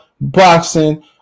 boxing